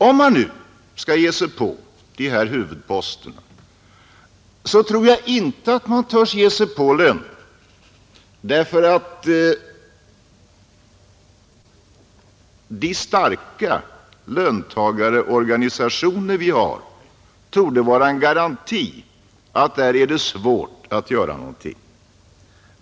Om man nu skall ge sig på de här huvudposterna så tror jag inte att man törs ge sig på lönerna, därför att våra starka löntagarorganisationer torde utgöra en garanti för att detta skulle bli svårt.